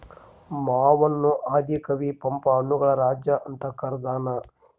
ಮಾವನ್ನು ಆದಿ ಕವಿ ಪಂಪ ಹಣ್ಣುಗಳ ರಾಜ ಅಂತ ಕರದಾನ